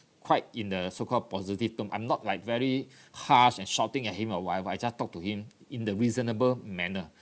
quite in the so called positive term I'm not like very harsh and shouting at him or whatever I just talked to him in the reasonable manner